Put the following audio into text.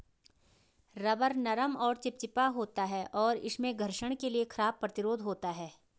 rubber नरम और चिपचिपा होता है, और इसमें घर्षण के लिए खराब प्रतिरोध होता है